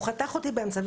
הוא חתך אותי באמצע,